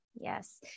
Yes